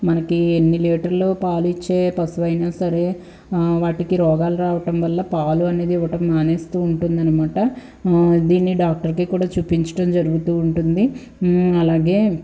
మనకి ఎన్ని లీటర్లు పాలిచ్చే పశువైనా సరే వాటికి రోగాలు రావటం వల్ల పాలు అనేది ఇవ్వటం మానేస్తు ఉంటుందన్నమాట దీన్ని డాక్టర్కి కూడా చూపించటం జరుగుతూ ఉంటుంది అలాగే